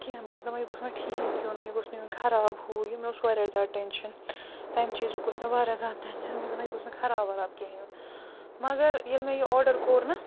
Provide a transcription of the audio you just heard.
کیٚنہہ بہٕ ٲسٕس دپان یہِ گوٚژھ وۄنۍ ٹھیٖک یُن یہِ گوٚژھ نہٕ یُن خراب ہوٗ یہِ مےٚ اوس واریاہ زیادٕ ٹٮ۪نشَن تَمۍ چیٖزُک اوس مےٚ واریاہ زیادٕ ٹٮ۪نشَن بہٕ ٲسٕس دَپان یہِ گوٚژھ نہٕ خراب وَراب کیٚنہہ یُن مگر ییٚلہِ مےٚ یہِ آرڈَر کوٚر نا